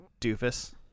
doofus